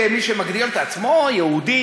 כמי שמגדיר את עצמו יהודי,